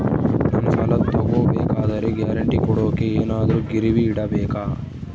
ನಾನು ಸಾಲ ತಗೋಬೇಕಾದರೆ ಗ್ಯಾರಂಟಿ ಕೊಡೋಕೆ ಏನಾದ್ರೂ ಗಿರಿವಿ ಇಡಬೇಕಾ?